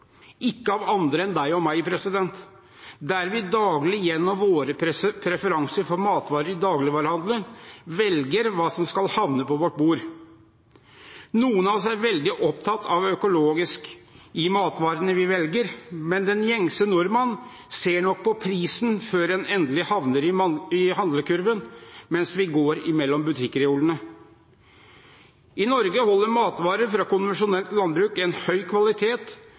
ikke av andre enn deg og meg, der vi daglig gjennom våre preferanser for matvarer i dagligvarehandelen velger hva som skal havne på vårt bord. Noen av oss er veldig opptatt av økologisk når vi velger matvarene, men den gjengse nordmann ser nok på prisen før matvarene endelig havner i handlekurven, mens vi går mellom butikkreolene. I Norge holder matvarer fra konvensjonelt landbruk en høy kvalitet,